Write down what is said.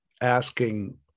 asking